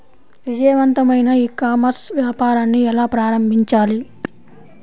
విజయవంతమైన e commerce వ్యాపారాన్ని ఎలా ప్రారంభించాలి?